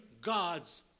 God's